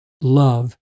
love